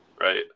Right